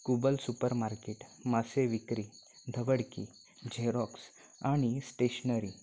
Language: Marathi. कुबल सुपर मार्केट मासे विक्री धवडकी झेरॉक्स आणि स्टेशनरी